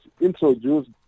introduced